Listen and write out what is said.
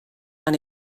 and